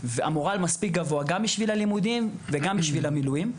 והמורל מספיק גבוה גם בשביל הלימודים וגם בשביל המילואים.